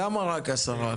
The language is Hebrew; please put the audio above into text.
למה רק 10%?